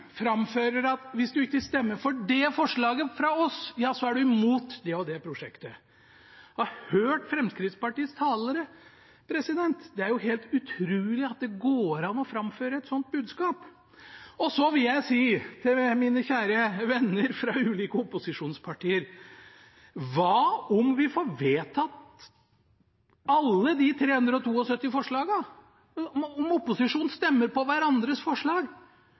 at hvis en ikke stemmer for det forslaget fra oss, ja, så er en imot det og det prosjektet. Jeg har hørt Fremskrittspartiets talere, det er jo helt utrolig at det går an å framføre et sånt budskap. Så vil jeg si, til mine kjære venner fra ulike opposisjonspartier: Hva om vi får vedtatt alle de 372 forslagene – om opposisjonen stemmer på hverandres forslag?